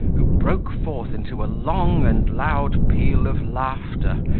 who broke forth into a long and loud peal of laughter,